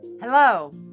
Hello